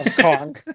Kong